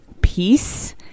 Peace